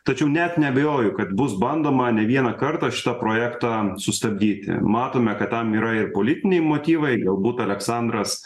tačiau net neabejoju kad bus bandoma ne vieną kartą šitą projektą sustabdyti matome kad tam yra ir politiniai motyvai galbūt aleksandras